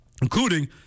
including